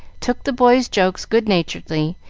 took the boys' jokes good-naturedly,